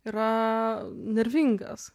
yra nervingas